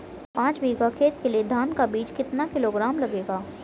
पाँच बीघा खेत के लिये धान का बीज कितना किलोग्राम लगेगा?